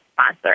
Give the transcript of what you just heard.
sponsor